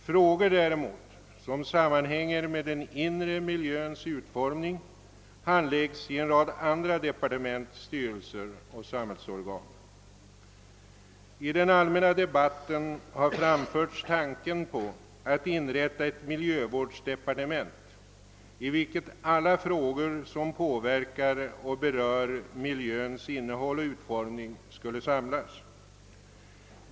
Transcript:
Frågor som däremot sammanhänger med den inre miljöns utformning handläggs i en rad andra departement, styrelser och samhällsorgan. I den allmänna debatten har framförts tanken på att inrätta ett miljövårdsdepartement, där alla frågor som påverkar och berör miljöns innehåll och utformning kunde samlas.